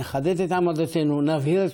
אדוני היושב-ראש, והצלחנו להעביר את